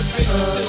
son